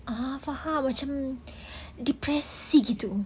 ah faham macam depressing gitu